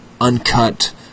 uncut